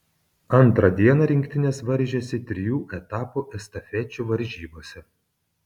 antrą dieną rinktinės varžėsi trijų etapų estafečių varžybose